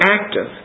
active